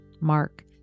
Mark